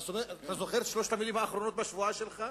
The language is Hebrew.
אתה זוכר את שלוש המלים האחרונות בשבועה שלך?